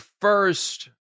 first